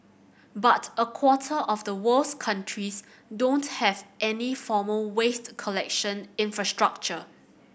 but a quarter of the world's countries don't have any formal waste collection infrastructure